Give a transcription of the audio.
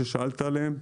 ששאלת עליהם,